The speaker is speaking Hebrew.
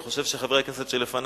אני חושב שחברי הכנסת לפני